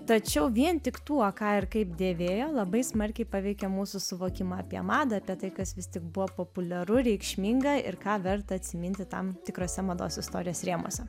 tačiau vien tik tuo ką ir kaip dėvėjo labai smarkiai paveikia mūsų suvokimą apie madą apie tai kas vis tik buvo populiaru reikšminga ir ką verta atsiminti tam tikrose mados istorijos rėmuose